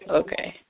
okay